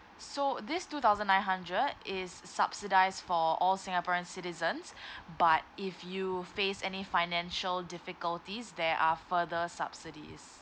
so this two thousand nine hundred is subsidize for all singaporean citizens but if you face any financial difficulties there are further subsidies